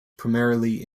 primarily